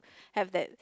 have that